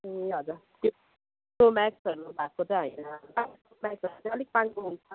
ए हजुर त्यो प्रो म्याक्सहरू भएको त होइन होला